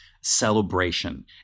celebration